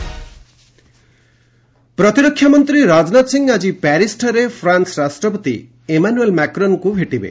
France Rajnath ପ୍ରତିରକ୍ଷା ମନ୍ତ୍ରୀ ରାଜନାଥ ସିଂହ ଆଜି ପ୍ୟାରିସ୍ଠାରେ ଫ୍ରାନୁ ରାଷ୍ଟ୍ରପତି ଇମାନୁଏଲ୍ ମାକ୍ରନ୍ଙ୍କୁ ଭେଟିବେ